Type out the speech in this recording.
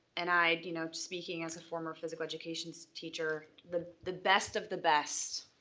and i, you know, speaking as a former physical education so teacher, the the best of the best,